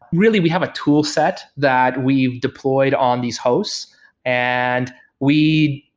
really, we have a tool set that we deployed on these hosts and we